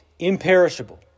imperishable